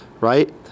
right